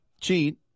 cheat